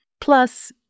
Plus